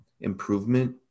improvement